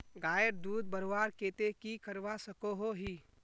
गायेर दूध बढ़वार केते की करवा सकोहो ही?